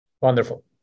wonderful